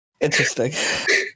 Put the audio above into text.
interesting